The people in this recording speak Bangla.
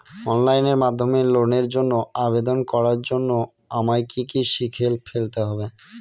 অনলাইন মাধ্যমে লোনের জন্য আবেদন করার জন্য আমায় কি কি শিখে ফেলতে হবে?